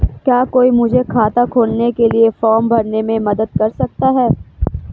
क्या कोई मुझे खाता खोलने के लिए फॉर्म भरने में मदद कर सकता है?